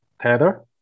tether